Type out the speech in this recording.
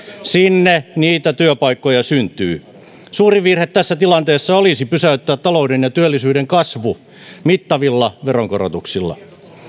sinne niitä työpaikkoja syntyy suuri virhe tässä tilanteessa olisi pysäyttää talouden ja työllisyyden kasvu mittavilla veronkorotuksilla